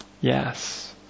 Yes